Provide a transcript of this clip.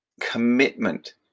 Commitment